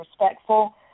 respectful